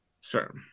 Sure